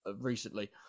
recently